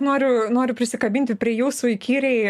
noriu noriu prisikabinti prie jūsų įkyriai